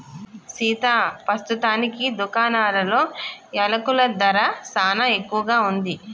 సీతా పస్తుతానికి దుకాణాలలో యలకుల ధర సానా ఎక్కువగా ఉంది